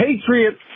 Patriots